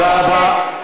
תודה רבה.